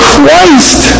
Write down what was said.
Christ